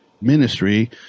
ministry